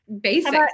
basic